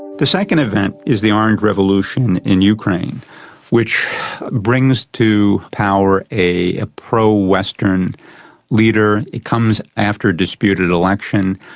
the second event is the orange revolution in ukraine which brings to power a a pro-western leader, it comes after a disputed election,